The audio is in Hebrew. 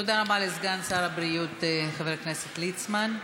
תודה רבה לסגן שר הבריאות חבר הכנסת ליצמן.